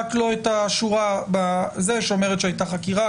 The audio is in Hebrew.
רק לא את השורה שאומרת שהייתה חקירה,